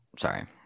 sorry